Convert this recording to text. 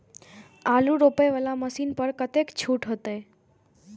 आलू रोपे वाला मशीन पर कतेक छूट होते?